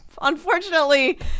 unfortunately